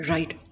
Right